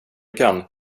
kan